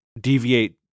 deviate